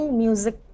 music